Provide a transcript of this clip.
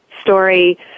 story